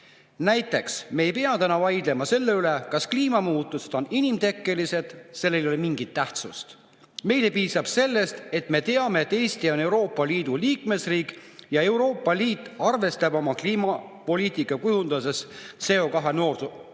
"Näiteks me ei pea täna vaidlema selle üle, kas kliimamuutused on inimtekkelised. Sellel ei ole mingit tähtsust. Meile piisab sellest, et me teame, et Eesti on Euroopa Liidu liikmesriik ja Euroopa Liit arvestab oma kliimapoliitikat kujundades CO2‑neutraalsusega.